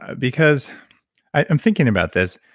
because i'm thinking about this.